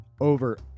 over